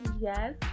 Yes